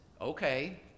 okay